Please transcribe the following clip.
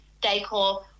decor